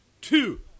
two